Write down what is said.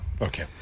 okay